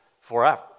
forever